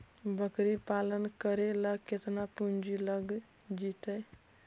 बकरी पालन करे ल केतना पुंजी लग जितै?